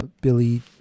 Billy